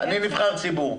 אני נבחר ציבור.